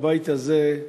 בבית הזה,